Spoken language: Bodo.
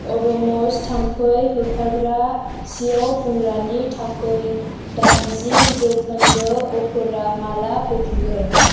अड'मस थाम्फै होखारग्रा सिआव फुनग्रानि थाखाय दाइनजि जौखोन्दो अफारा माब्ला फैफिनगोन